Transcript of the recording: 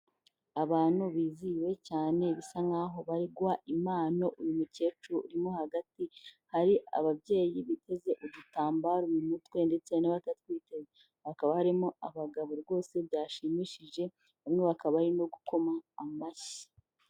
Abantu bizihiwe cyane bisa nkaho bariguha impano uyu mukecuru urimo hagati hari ababyeyi biteze udutambaro mu mutwe ndetse n'abatwiteze, hakaba harimo abagabo rwose byashimishije bamwe bakaba bari no gukoma amashyi.